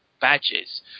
badges